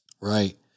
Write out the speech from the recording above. Right